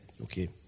Okay